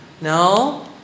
No